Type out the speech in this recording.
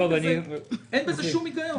אחרת אין בזה שום היגיון.